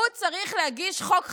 הוא צריך להגיש חוק חדש.